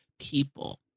people